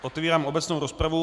Otevírám obecnou rozpravu.